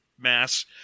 mass